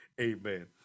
Amen